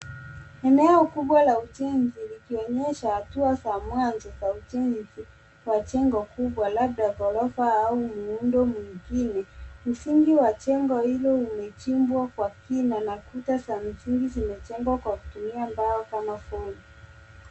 Eneo kubwa la ujenzi likionyesha hatua za mwanzo za ujenzi wa jengo kubwa labda ghorofa au muundo mwingine. Msingi wa jengo hilo imechimbwa kwa kina na kuta za msingi zimejengwa kwa kutumia mbao kama fomu.